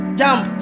jump